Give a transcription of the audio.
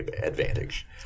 advantage